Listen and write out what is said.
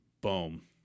Boom